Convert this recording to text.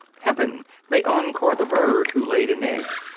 heaven may encore the bird who laid an egg.